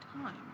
time